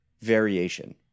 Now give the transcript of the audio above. variation